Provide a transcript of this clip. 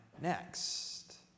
next